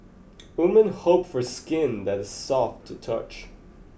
women hope for skin that is soft to touch